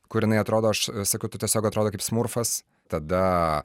kur jinai atrodo aš sakau tu tiesiog atrodo kaip smurfas tada